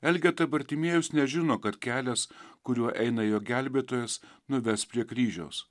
elgeta bartimiejus nežino kad kelias kuriuo eina jo gelbėtojas nuves prie kryžiaus